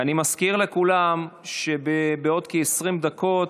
כבר נגמר, נתתי לך עוד דקה.